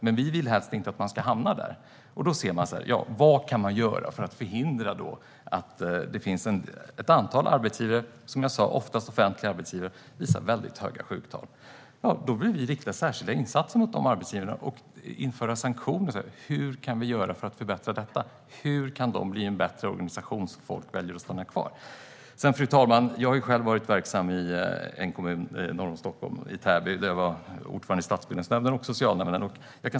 Men vi vill helst inte att man ska hamna där. Vad kan man då göra för att råda bot på att ett antal arbetsgivare, främst offentliga arbetsgivare, visar väldigt höga sjuktal? Vi vill rikta särskilda insatser mot de arbetsgivarna och införa sanktioner. Det handlar om att komma till rätta med problemet och se till att de kan bli en bättre organisation, så att folk väljer att stanna kvar. Fru talman! Jag har själv varit verksam i Täby norr om Stockholm, där jag var ordförande i stadsbyggnadsnämnden och socialnämnden.